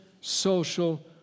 social